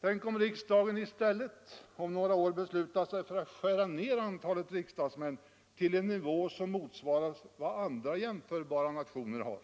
Tänk om riksdagen i stället om några år beslutar skära ned antalet riksdagsledamöter till en nivå som motsvarar vad andra jämförbara nationer har.